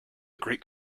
greek